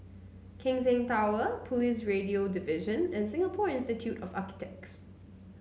Keck Seng Tower Police Radio Division and Singapore Institute of Architects